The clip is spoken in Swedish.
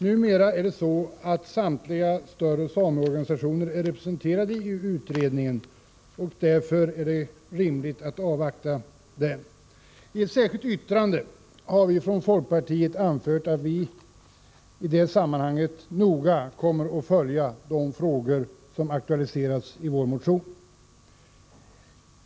Numera är dessutom samtliga större sameorganisationer representerade i utredningen. I särskilt yttrande har vi från folkpartiet anfört att vi noga kommer att följa de frågor som aktualiserats i vår motion.